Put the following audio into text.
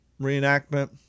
reenactment